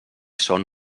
són